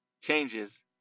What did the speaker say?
changes